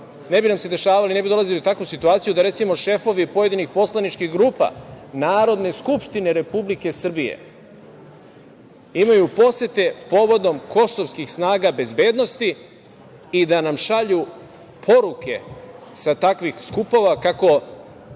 ne bi nam se dešavale stvari, ne bi dolazili u takvu situaciju da, recimo, šefovi pojedinih poslaničkih grupa Narodne skupštine Republike Srbije imaju posete povodom kosovskih snaga bezbednosti i da nam šalju poruke sa takvih skupova kako,